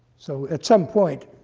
so at some point,